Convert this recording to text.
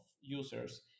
users